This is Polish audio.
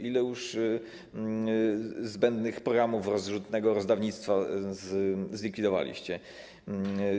Ile już zbędnych programów rozrzutnego rozdawnictwa zlikwidowaliście?